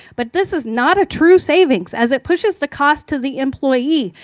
but this is not a true savings as it pushes the cost to the employee,